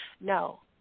No